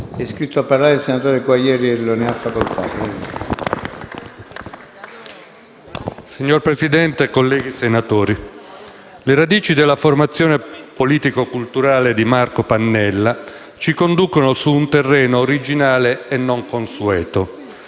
Signor Presidente, colleghi senatori, le radici della formazione politico-culturale di Marco Pannella ci conducono su un terreno originale e non consueto.